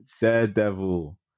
Daredevil